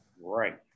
Right